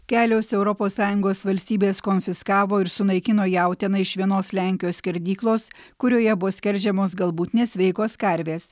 kelios europos sąjungos valstybės konfiskavo ir sunaikino jautieną iš vienos lenkijos skerdyklos kurioje buvo skerdžiamos galbūt nesveikos karvės